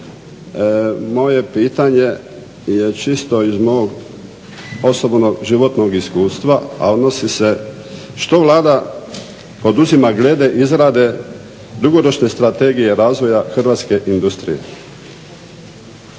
Moje pitanje je čisto iz mog osobnog životnog iskustva, a odnosi se što Vlada poduzima glede izrade dugoročne Strategije razvoja hrvatske industrije?